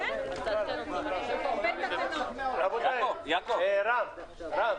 לכן התקנות שהשר הגיש